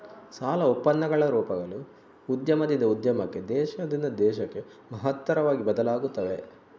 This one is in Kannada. ಸಾಲ ಒಪ್ಪಂದಗಳ ರೂಪಗಳು ಉದ್ಯಮದಿಂದ ಉದ್ಯಮಕ್ಕೆ, ದೇಶದಿಂದ ದೇಶಕ್ಕೆ ಮಹತ್ತರವಾಗಿ ಬದಲಾಗುತ್ತವೆ